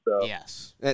Yes